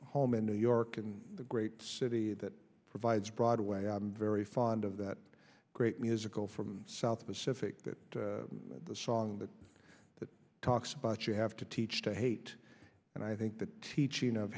home in new york and the great city that provides broadway i'm very fond of that great musical from south pacific that the song but that talks about you have to teach to hate and i think the teaching of